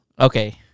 Okay